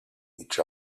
each